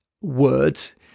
words